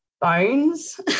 bones